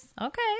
okay